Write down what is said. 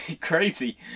Crazy